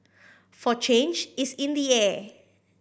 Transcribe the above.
for change is in the air